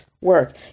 work